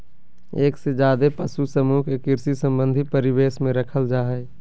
एक से ज्यादे पशु समूह के कृषि संबंधी परिवेश में रखल जा हई